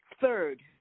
third